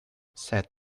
sad